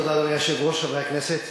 אדוני היושב-ראש, חברי הכנסת,